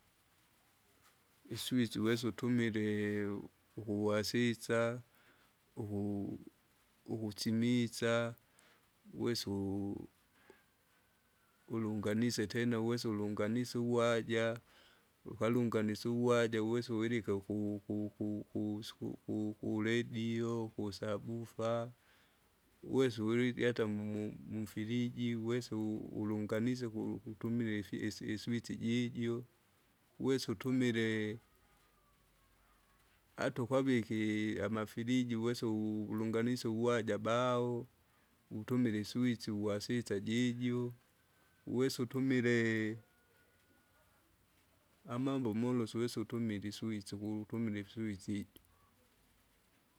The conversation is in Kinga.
Iswisi uwese utumile ukuasisa, uku- ukusimisa, uwese u- ulunganise tena uwese ulunganise uwaja, ukalunganisa uwaja uwesa uvilike uku- uku- uku- ukusuku- ku- ku- kuredio kusabufa. Uwese uvulili ata mu- mufiriji uwese u- ulunganise kuku- kutumila ifi is- iswiichi jijo. Uwese utumile, ata ukavike amafiriji wwese u- ulunganise uwaja baho, utumile iswichi, uswasisa jijo, uweseutumile, imambo molosu uwesa utumile iswichi uku- tumila iswichi ijo.